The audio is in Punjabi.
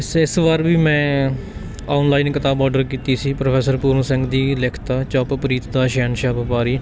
ਇਸੇ ਇਸ ਵਾਰ ਵੀ ਮੈਂ ਔਨਲਾਈਨ ਕਿਤਾਬ ਔਡਰ ਕੀਤੀ ਸੀ ਪ੍ਰੋਫੈਸਰ ਪੂਰਨ ਸਿੰਘ ਦੀ ਲਿਖਤ ਚੁੱਪ ਪ੍ਰੀਤ ਦਾ ਸ਼ਹਿਨਸ਼ਾਹ ਵਪਾਰੀ